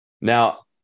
Now